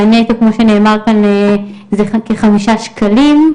שהנטו כמו שנאמר כאן זה כחמישה שקלים.